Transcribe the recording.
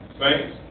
Thanks